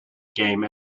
game